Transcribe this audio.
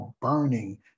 burning